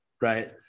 right